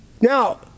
Now